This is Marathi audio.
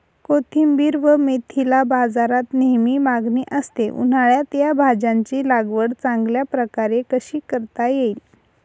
कोथिंबिर व मेथीला बाजारात नेहमी मागणी असते, उन्हाळ्यात या भाज्यांची लागवड चांगल्या प्रकारे कशी करता येईल?